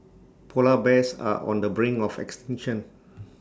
Polar Bears are on the brink of extinction